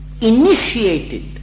initiated